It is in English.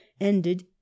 ended